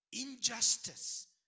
injustice